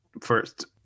first